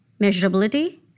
measurability